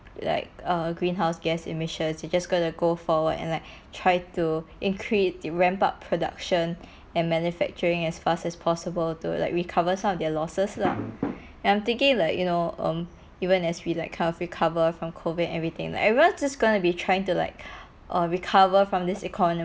like uh greenhouse gas emissions you just gotta to go forward and like try to increase ramp up production and manufacturing as fast as possible to like recover some of their losses lah and I'm thinking like you know um even as we like kind of recover from COVID everything like everyone is gonna be trying to like err recover from this economy